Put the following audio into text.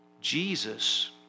Jesus